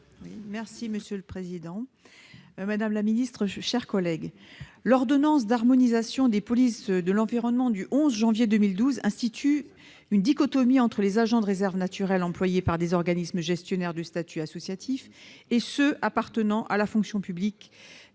Préville, pour présenter l'amendement n° 142. L'ordonnance d'harmonisation des polices de l'environnement du 11 janvier 2012 institue une dichotomie entre les agents de réserve naturelle employés par des organismes gestionnaires de statut associatif et ceux qui appartiennent à la fonction publique,